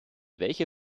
welche